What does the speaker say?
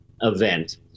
event